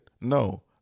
No